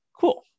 cool